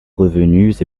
revenus